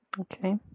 Okay